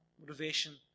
motivation